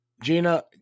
Gina